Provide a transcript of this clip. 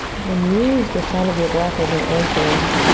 then use the sound of your breath as an anchor